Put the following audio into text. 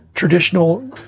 traditional